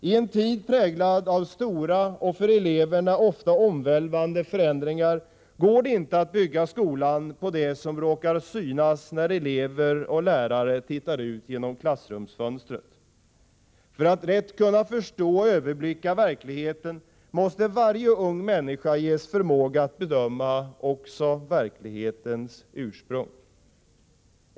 I en tid präglad av stora och för eleverna ofta omvälvande förändringar går det inte att bygga skolan på det som råkar synas när elever och lärare tittar ut genom klassrumsfönstret. För att rätt kunna förstå och överblicka verkligheten måste varje ung människa ges förmåga att bedöma också verklighetens ursprung.